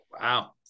wow